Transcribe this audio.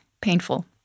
painful